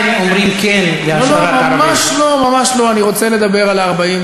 ואני רוצה להרגיע אותך, חבר הכנסת פריג'